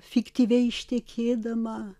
fiktyviai ištekėdama